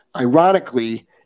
Ironically